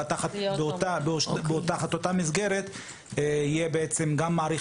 אלא תחת אותה מסגרת יהיה גם מעריך